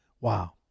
Wow